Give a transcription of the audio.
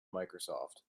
microsoft